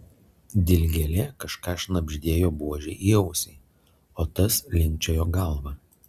dilgėlė kažką šnabždėjo buožei į ausį o tas linkčiojo galva